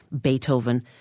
Beethoven